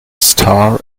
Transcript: star